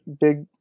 big